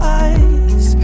eyes